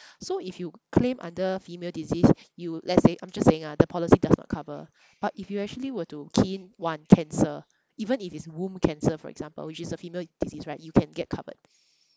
so if you claim under female disease you let's say I'm just saying ah that policy does not cover but if you actually were to key in one cancer even if it's womb cancer for example which is a female disease right you can get covered